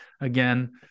again